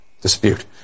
dispute